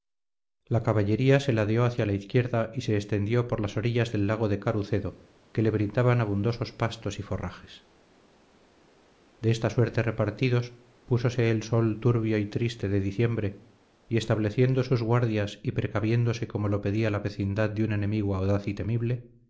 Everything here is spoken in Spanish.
la caballería se ladeó hacia la izquierda y se extendió por las orillas del lago de carucedo que le brindaban abundosos pastos y forrajes de esta suerte repartidos púsose el sol turbio y triste de diciembre y estableciendo sus guardias y precaviéndose como lo pedía la vecindad de un enemigo audaz y temible